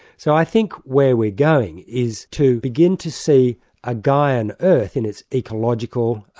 so i think where we're going is to begin to see a gaian earth in its ecological,